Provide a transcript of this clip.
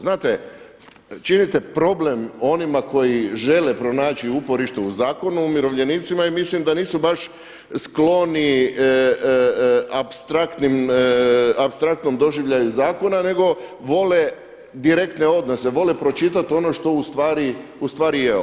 Znate činite problem onima koji žele pronaći uporište u zakonu umirovljenicima jer mislim da nisu baš skloni apstraktnom doživljaju zakona nego vole direktne odnose, vole pročitati ono što ustvari je.